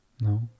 no